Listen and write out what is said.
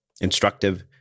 instructive